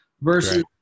versus